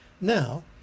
Now